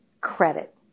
credit